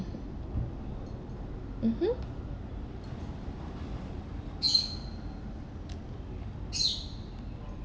mmhmm